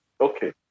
Okay